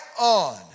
on